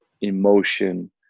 emotion